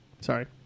Sorry